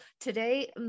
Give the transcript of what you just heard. today